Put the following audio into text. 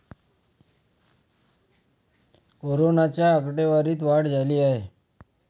कोरोनाच्या आकडेवारीत वाढ झाली आहे